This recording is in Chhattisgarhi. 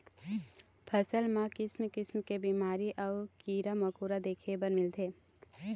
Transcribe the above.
फसल म किसम किसम के बिमारी अउ कीरा मकोरा देखे बर मिलथे